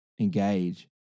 engage